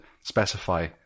specify